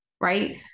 right